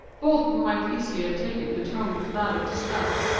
bolton might easily have taken her tone for that of disgust.